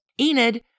Enid